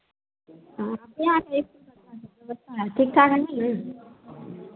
आपके यहाँ की एक नम्बर की व्यवस्था है ठीक ठाक हैए ना